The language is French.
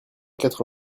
quatre